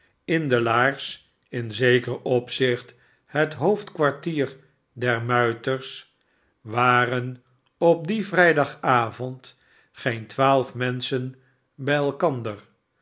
in de laars in zeker opzicht het iioofdkwartier der muiters waren op dien vrijdagavond geen twaalf menschen bij elkander